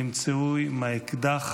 ונמצאו עם האקדח